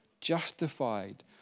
justified